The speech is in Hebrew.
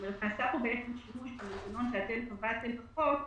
כלומר נעשה שימוש במנגנון שאתם קבעתם בחוק,